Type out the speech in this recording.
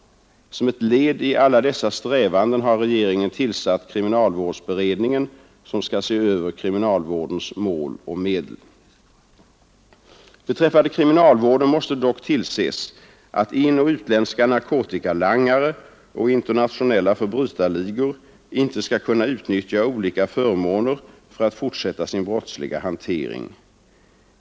Som ett led i alla dessa strävanden har regeringen tillsatt" kriminalvårdsberedningen, som skall se över kriminalvårdens mål och medel. Beträffande kriminalvården måste dock tillses att inoch utländska narkotikalangare och internationella förbrytarligor inte skall kunna utnyttja olika förmåner för att fortsätta sin brottsliga hantering.